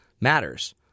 matters